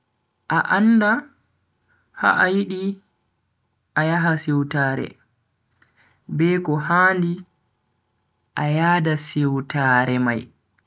A anda ha a yidi a yaha siwtaare, be ko handi a yada siwtaare mai.